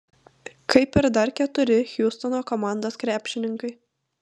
kaip ir dar keturi hjustono komandos krepšininkai